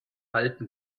alten